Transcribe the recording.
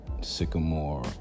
Sycamore